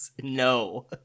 no